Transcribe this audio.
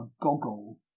Goggle